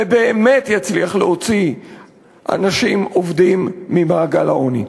ובאמת יצליח להוציא אנשים עובדים ממעגל העוני.